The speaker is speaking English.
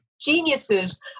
geniuses